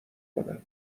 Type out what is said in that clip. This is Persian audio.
کنم